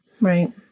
Right